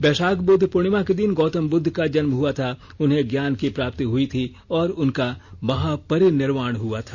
बैशाख बुद्ध पूर्णिमा के दिन गौतम बुद्ध का जन्म हुआ था उन्हें ज्ञान की प्राप्ति हुई थी और उनका महा परिनिर्वाण हुआ था